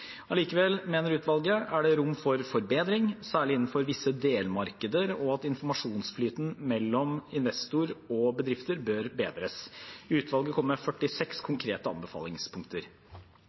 Allikevel mener utvalget at det er rom for forbedring, særlig innenfor visse delmarkeder, og at informasjonsflyten mellom investorer og bedrifter bør bedres. Utvalget kom med 46 konkrete anbefalingspunkter.